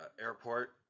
airport